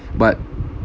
but